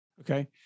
Okay